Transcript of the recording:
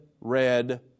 red